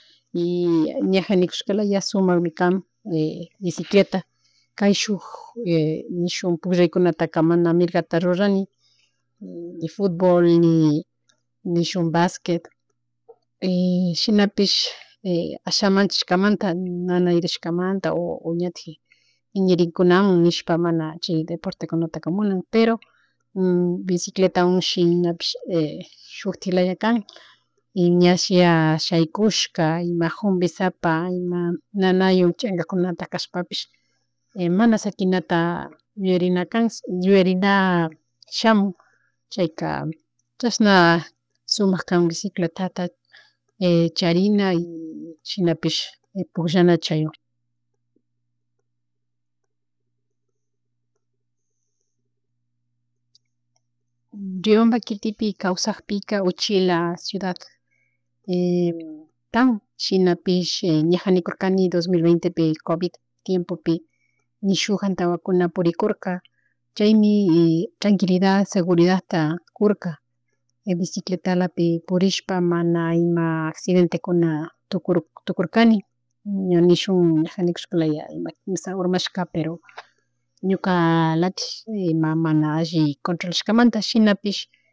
Y ñaja nikushkalaya sumakmi kan bicicleta kayshuk nishun pullaykunataka mana mirgata rurani, futbol, ni nishuk basteck shinapish asha manchashkamanta nanarishkamanta o natik iñirikunamun nishpa mana chi deportekunataka munan pero bicicletawan shinapish shuktik laya kan y ñashi shaykushka ima jumbe sapa ima nanawan chagakunata kashpapish mana sakinata yuyarinakan, yuyarina shamun chayka chashna sumak kan bicicltata charina y shinapish pullana chaywan. Riobamba kitipi kasakpilka uchila ciudad kan shinapis naja nikurkani dos mil ventepi covid tiempopi nishuk antawakuna purikurka chaymi tranquilidad, seguridadta kurka bicicletalapi purishpa mana ima accidentekuna tukur tukurkani ña nishun naja nikushkalaya ima quinsa urmashka pero ñukalatik ima mana alli controlashkamanta shinapish